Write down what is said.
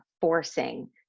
forcing